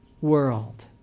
world